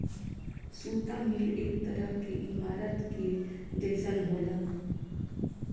सुता मिल एक तरह के ईमारत के जइसन होला